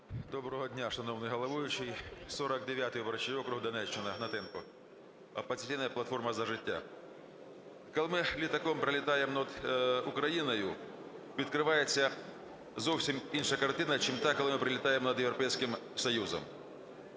Доброго дня, шановний головуючий. 49 виборчий округ, Донеччина, Гнатенко, "Опозиційна платформа – За життя". Коли ми літаком пролітаємо над Україною, відкривається зовсім інша картина, чим та, коли ми пролітаємо над Європейським Союзом.